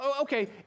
okay